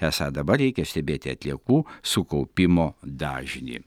esą dabar reikia stebėti atliekų sukaupimo dažnį